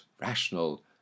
rational